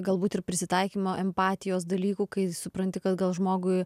galbūt ir prisitaikymo empatijos dalykų kai supranti kad gal žmogui